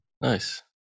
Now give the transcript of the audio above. nice